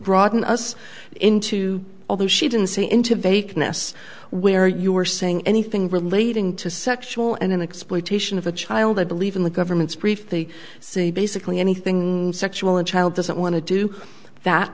broaden us into although she didn't say in to bake ness where you were saying anything relating to sexual and in exploitation of a child i believe in the government's brief they say basically anything sexual a child doesn't want to do that